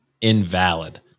invalid